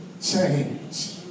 change